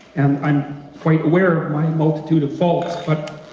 and i'm quite aware of my multitude of faults, but